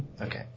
Okay